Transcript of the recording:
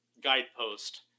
guidepost